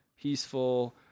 peaceful